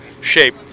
shape